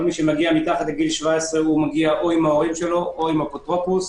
כל מי שמגיע מתחת לגיל 17 מגיע או עם הוריו או עם אפוטרופוס,